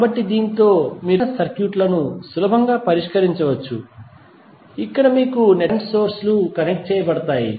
కాబట్టి దీనితో మీరు ఈ రకమైన సర్క్యూట్ లను సులభంగా పరిష్కరించవచ్చు ఇక్కడ మీకు నెట్వర్క్ లో కరెంట్ సోర్స్ లు కనెక్ట్ చేయబడతాయి